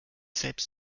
selbst